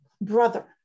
brother